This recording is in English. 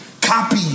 copy